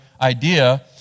idea